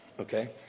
okay